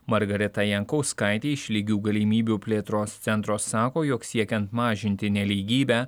margarita jankauskaitė iš lygių galimybių plėtros centro sako jog siekiant mažinti nelygybę